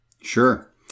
Sure